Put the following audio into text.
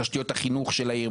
בתשתיות החינוך של העיר,